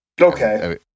Okay